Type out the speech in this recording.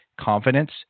Confidence